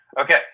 Okay